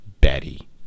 Betty